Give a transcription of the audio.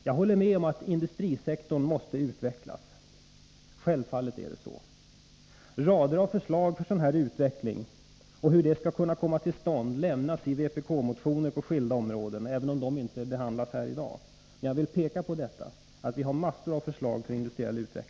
Jag håller med om att industrisektorn måste utvecklas. Självfallet är det så. Rader av förslag till hur sådan utveckling skall kunna komma till stånd lämnas i vpk-motioner på skilda områden. Jag vill peka på att vi har massor av förslag, även om dessa inte är föremål för behandling i dag.